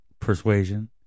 persuasion